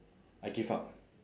I give up